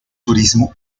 turismo